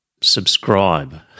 subscribe